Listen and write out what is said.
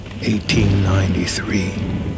1893